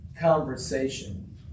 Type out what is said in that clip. conversation